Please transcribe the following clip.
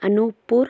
Anuppur